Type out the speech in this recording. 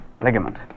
ligament